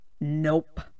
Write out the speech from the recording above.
Nope